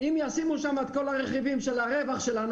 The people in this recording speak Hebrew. אם ישימו שם את כל הרכיבים של הרווח שלנו,